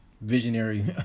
visionary